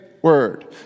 Word